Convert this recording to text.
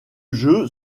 jeu